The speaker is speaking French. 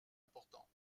important